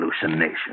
Hallucination